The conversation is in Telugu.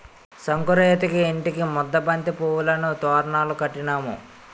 సంకురేతిరికి ఇంటికి ముద్దబంతి పువ్వులను తోరణాలు కట్టినాము